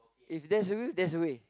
if there's a will there's a way